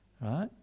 right